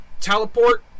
teleport